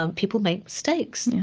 um people make mistakes.